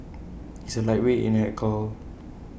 he is A lightweight in alcohol